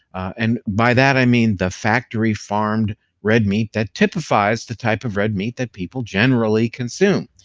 and by that i mean the factory farmed red meat that typifies the type of red meat that people generally consume.